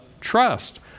trust